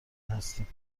هستیم